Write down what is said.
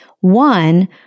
One